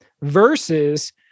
versus